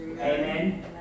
Amen